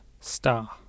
Star